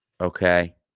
okay